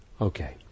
Okay